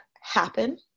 happen